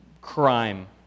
crime